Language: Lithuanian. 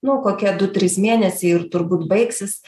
nu kokie du trys mėnesiai ir turbūt baigsis